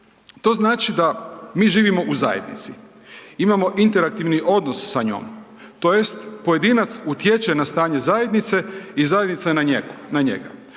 To znači da mi živimo u zajednici, imamo interaktivni odnos sa njom tj. pojedinac utječe na stanje zajednice i zajednica na njega.